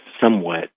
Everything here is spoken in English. somewhat